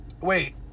Wait